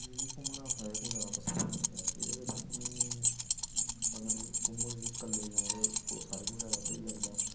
मिगी घूमना सारें कोला ज्यादा पसंद लगदा एहदे च स्हानू अगर घूमन मिगी इक्कले जाना पवै ओह् सारें कोला स्हेई लगदा